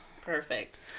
perfect